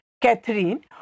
Catherine